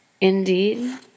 Indeed